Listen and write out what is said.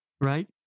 Right